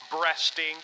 breasting